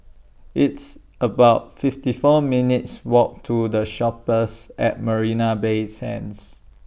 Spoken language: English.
It's about fifty four minutes' Walk to The Shoppes At Marina Bay Sands